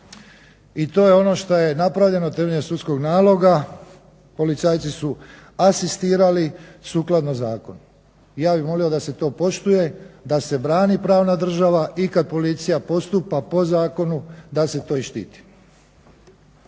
I to je ono što je napravljeno temeljem sudskog naloga. Policajci su asistirali sukladno zakonu. I ja bih molio da se to poštuje, da se brani pravna država i kad policija postupa po zakonu da se to i štiti.